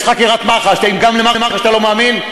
יש חקירת מח"ש, גם למח"ש אתה לא מאמין?